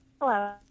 Hello